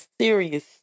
serious